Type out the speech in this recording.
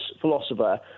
philosopher